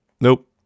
Nope